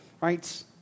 right